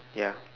ya